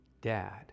dad